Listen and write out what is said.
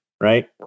right